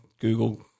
Google